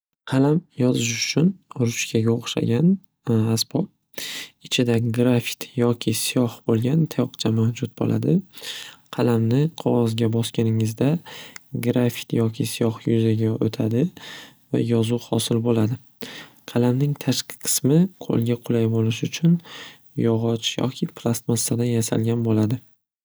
Qalam yozish uchun ruchkaga oxshagan asbob ichida grafit yoki siyoh bo'lgan tayoqcha mavjud bo'ladi. Qalamni qog'ozga bosganingizda grafit yoki siyoh yuzaga o'tadi va yozuv hosil bo'ladi. Qalamning tashqi qismi qo'lga qulay bo'lishi uchun yog'och yoki plastmassadan yasalgan bo'ladi.